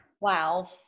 wow